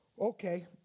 Okay